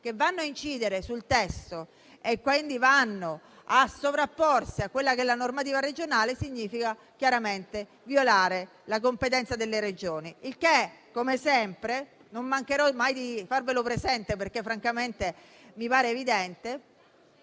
che vanno a incidere sul testo e quindi vanno a sovrapporsi alla normativa regionale, significa violare la competenza delle Regioni. Il che come sempre - non mancherò mai di farvelo presente, perché francamente mi pare evidente